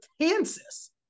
Kansas